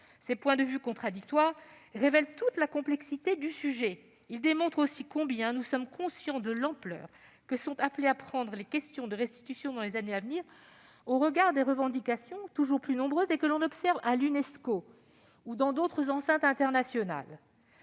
Ces points de vue contradictoires révèlent toute la complexité du sujet. Ils démontrent aussi combien nous sommes conscients de l'ampleur que sont appelées à prendre les questions de restitution dans les années à venir, eu égard aux revendications toujours plus nombreuses que l'on observe dans le cadre de l'Unesco ou d'autres enceintes internationales.